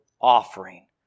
offering